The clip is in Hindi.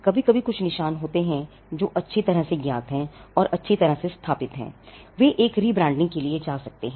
कभी कभी कुछ निशान होते हैं जो अच्छी तरह से ज्ञात हैं और अच्छी तरह से स्थापित हैं एक रीब्रांडिंग के लिए जा सकते हैं